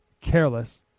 careless